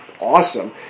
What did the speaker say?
awesome